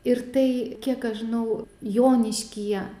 ir tai kiek aš žinau joniškyje